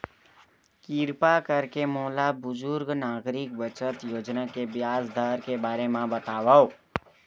किरपा करके मोला बुजुर्ग नागरिक बचत योजना के ब्याज दर के बारे मा बतावव